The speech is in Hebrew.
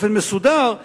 באופן מסודר,